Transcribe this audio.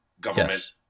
government